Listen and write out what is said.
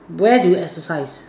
where do you exercise